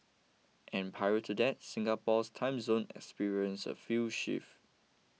and prior to that Singapore's time zone experience a few shift